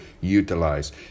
utilize